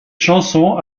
chanson